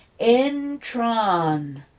Entran